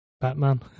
Batman